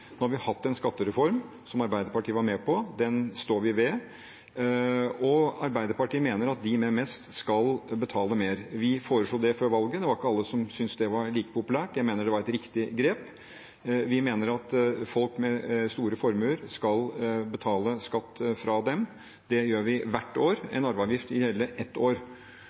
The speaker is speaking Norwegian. Nå har vi hatt en skattereform, som Arbeiderpartiet var med på. Den står vi ved, og Arbeiderpartiet mener at de med mest skal betale mer. Vi foreslo det før valget. Det var ikke alle som syntes det var like populært. Jeg mener det var et riktig grep. Vi mener at folk med store formuer skal betale skatt av dem. Det gjør vi hvert år. En arveavgift vil gjelde ett år,